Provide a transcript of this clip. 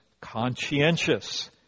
conscientious